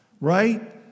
Right